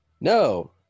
no